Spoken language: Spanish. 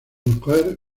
mujer